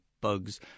bugs